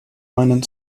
meinen